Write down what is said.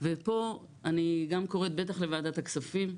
ופה אני גם קוראת בטח לוועדת הכספים,